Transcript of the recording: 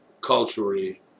culturally